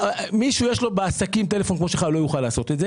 מי שיש לו טלפון כמו שלך, לא יוכל לעשות את זה.